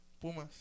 Pumas